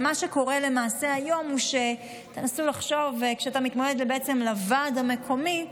למעשה, תנסו לחשוב, כשאתה מתמודד לוועד המקומי,